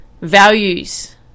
values